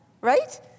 right